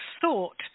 thought